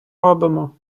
робимо